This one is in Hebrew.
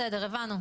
בסדר, הבנו.